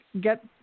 Get